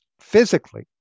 physically